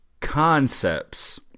concepts